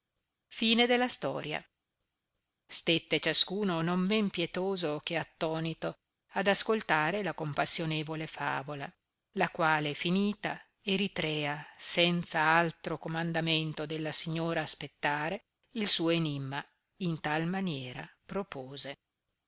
loro stette ciascuno non men pietoso che attonito ad ascoltare la compassionevole favola la quale finita eritrea senza altro comandamento dalla signora aspettare il suo enimma in tal maniera propose